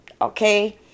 Okay